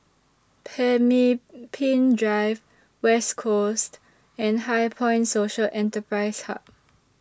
Pemimpin Drive West Coast and HighPoint Social Enterprise Hub